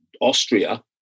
Austria